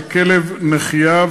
לכלב נחייה,